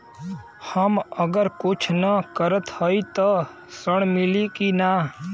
हम अगर कुछ न करत हई त ऋण मिली कि ना?